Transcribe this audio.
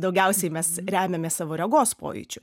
daugiausiai mes remiamės savo regos pojūčiu